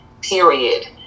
Period